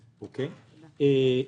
תודה.